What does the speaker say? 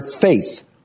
FAITH